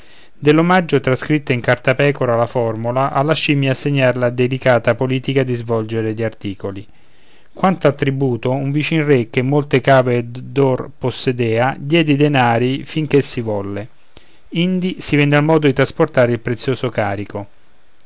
dell'omaggio trascritta in cartapecora la formola alla scimmia assegnr la delicata politica di svolgere gli articoli quanto al tributo un vicin re che molte cave d'or possedea diede i denari fin che si volle indi si venne al modo di trasportar il prezioso carico